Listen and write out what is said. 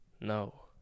no